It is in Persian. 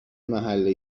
محله